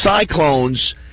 cyclones